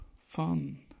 fun